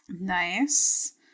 Nice